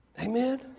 Amen